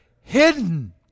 hidden